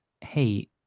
hey